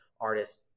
artists